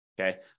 Okay